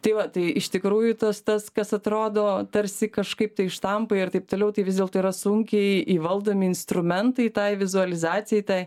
tai va tai iš tikrųjų tas tas kas atrodo tarsi kažkaip tai štampai ir taip toliau tai vis dėlto yra sunkiai įvaldomi instrumentai tai vizualizacijai tai